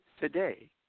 today